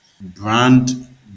brand